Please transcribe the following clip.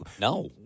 no